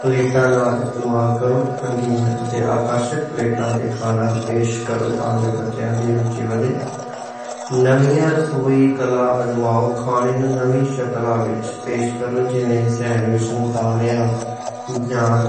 پلیٹاں دا استعمال کرو۔ آکرشک پلیٹاں تے کھانا پیش کرو تاں جو بچیاں دی روچی ودھے۔ نویاں رسوئی کلا آزماؤ، کھانے نوں نویاں شکلان وچ پیش کرو۔